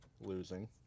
losing